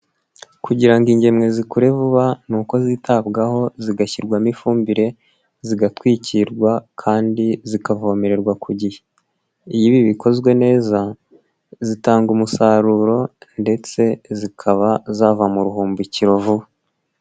Kugira ngo ingemwe zikure vuba ni uko zitabwaho zigashyirwamo ifumbire, zigatwikirwa kandi zikavomererwa ku gihe. Iyo ibi bikozwe neza zitanga umusaruro ndetse zikaba zava mu ruhumbukiro vuba.